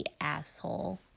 asshole